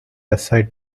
aside